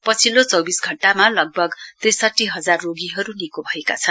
पछिल्लो चौविस घण्टामा लगभग त्रिसाठी हजार रोगीहरु निको भएका छन्